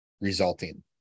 resulting